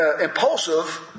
impulsive